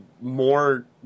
more